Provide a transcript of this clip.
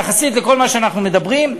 יחסית לכל מה שאנחנו מדברים.